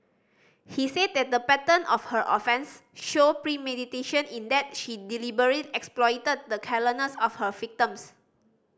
he said that the pattern of her offence showed premeditation in that she deliberate exploited the carelessness of her victims